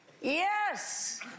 Yes